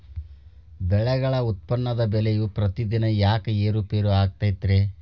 ಬೆಳೆಗಳ ಉತ್ಪನ್ನದ ಬೆಲೆಯು ಪ್ರತಿದಿನ ಯಾಕ ಏರು ಪೇರು ಆಗುತ್ತೈತರೇ?